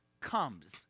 comes